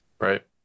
Right